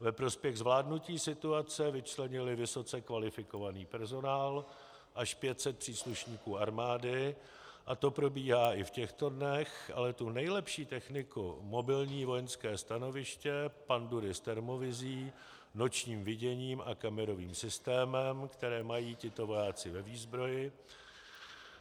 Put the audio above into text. Ve prospěch zvládnutí situace vyčlenili vysoce kvalifikovaný personál, až 500 příslušníků armády, a to probíhá i v těchto dnech, ale i tu nejlepší techniku, mobilní velitelské stanoviště, pandury s termovizí, nočním viděním a kamerovým systémem, které mají tito vojáci ve výzbroji